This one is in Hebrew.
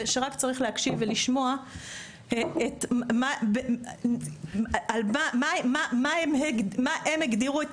זה שרק צריך להקשיב ולשמוע את מה הם מה הם הגדירו את